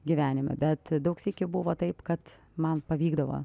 gyvenime bet daug sykių buvo taip kad man pavykdavo